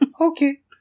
Okay